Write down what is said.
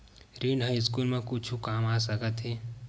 ऋण ह स्कूल मा कुछु काम आ सकत हे?